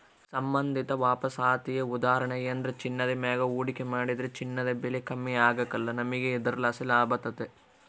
ಸಂಬಂಧಿತ ವಾಪಸಾತಿಯ ಉದಾಹರಣೆಯೆಂದ್ರ ಚಿನ್ನದ ಮ್ಯಾಗ ಹೂಡಿಕೆ ಮಾಡಿದ್ರ ಚಿನ್ನದ ಬೆಲೆ ಕಮ್ಮಿ ಆಗ್ಕಲ್ಲ, ನಮಿಗೆ ಇದರ್ಲಾಸಿ ಲಾಭತತೆ